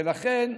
ולכן,